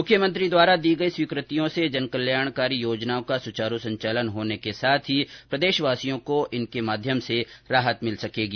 मुख्यमंत्री द्वारा दी गई स्वीकृतियों से जनकल्याणकारी योजनाओं का सुचारू संचालन होने के साथ ही प्रदेशवासियों को इनके माध्यम से राहत मिल सकेगी